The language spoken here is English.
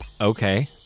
Okay